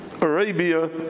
Arabia